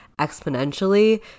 exponentially